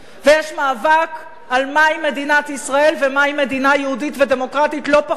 יש מאבק על מהי מדינת ישראל ומהי מדינה יהודית ודמוקרטית לא פחות.